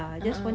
a'ah